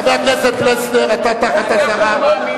חבר הכנסת פלסנר, אתה תחת אזהרה.